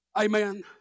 Amen